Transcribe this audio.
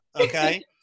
Okay